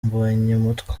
mbonyumutwa